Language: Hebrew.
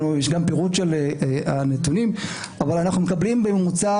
יש פירוט של הנתונים, אבל אנחנו מקבלים בממוצע